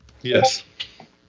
Yes